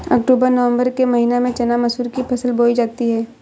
अक्टूबर नवम्बर के महीना में चना मसूर की फसल बोई जाती है?